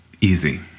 easy